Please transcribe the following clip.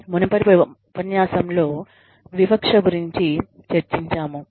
మునుపటి ఉపన్యాసంలో వివక్ష గురించి చర్చించాము